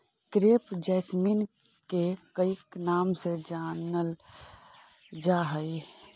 crepe jasmine के कईक नाम से जानलजा हइ